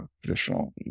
traditional